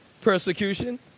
Persecution